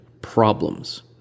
problems